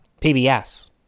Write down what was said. PBS